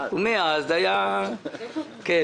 ומאז --- אני